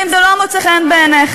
אם זה לא מוצא חן בעיניך,